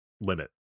limit